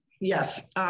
Yes